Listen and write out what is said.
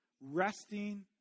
resting